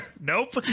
nope